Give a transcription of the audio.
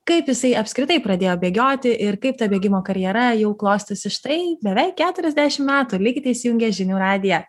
kaip jisai apskritai pradėjo bėgioti ir kaip ta bėgimo karjera jau klostėsi štai beveik keturiasdešim metų likite įsijungę žinių radiją